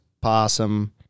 possum